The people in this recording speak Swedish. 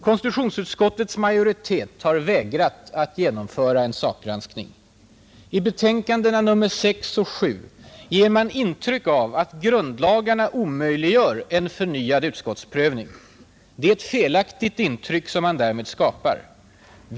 Konstitutionsutskottets majoritet har vägrat att genomföra en sakgranskning. I betänkandena nr 6 och nr 7 ger man intryck av att grundlagarna omöjliggör en förnyad utskottsprövning. Det är ett felaktigt intryck som man därmed skapar.